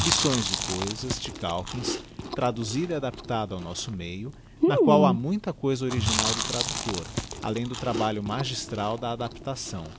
licções de cousas de calkins traduzida e adaptada ao nosso meio na qual ha muita cousa original do traductor além do trabalho magistral da adaptação